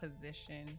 position